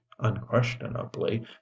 unquestionably